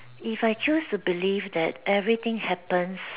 if I choose to believe that everything happens